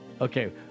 Okay